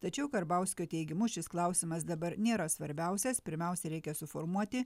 tačiau karbauskio teigimu šis klausimas dabar nėra svarbiausias pirmiausia reikia suformuoti